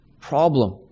problem